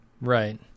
Right